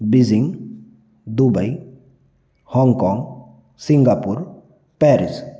Beijing Dubai Hong Kong Singapore Paris